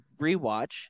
rewatch